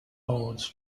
lords